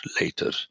later